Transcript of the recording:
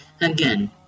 Again